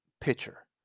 pitcher